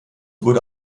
wurde